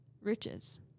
riches